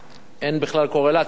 אין בכלל קורלציה ביניהם.